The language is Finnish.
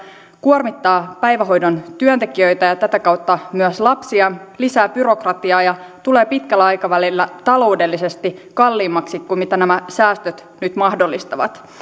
kuormittaa päivähoidon työntekijöitä ja tätä kautta myös lapsia lisää byrokratiaa ja tulee pitkällä aikavälillä taloudellisesti kalliimmaksi kuin nämä säästöt nyt mahdollistavat